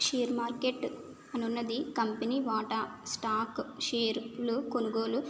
share market అనున్నది company వాటా stock షేర్లు కొనుగోలు